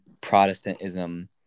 Protestantism